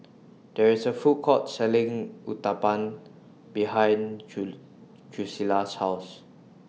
There IS A Food Court Selling Uthapam behind Julisa's House